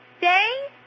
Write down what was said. Day